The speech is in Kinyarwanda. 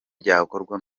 byakorwa